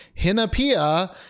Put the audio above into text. Hinapia